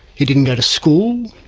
he didn't go to school.